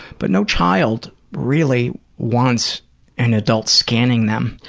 but no child really wants an adult scanning them.